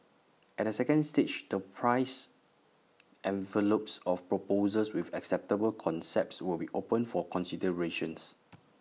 at the second stage the price envelopes of proposals with acceptable concepts will be opened for considerations